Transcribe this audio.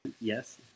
Yes